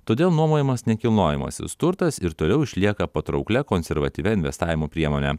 todėl nuomojamas nekilnojamasis turtas ir toliau išlieka patrauklia konservatyvia investavimo priemone